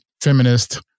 feminist